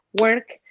work